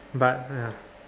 but ya